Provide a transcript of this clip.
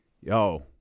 Yo